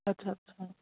ਅੱਛਾ ਅੱਛਾ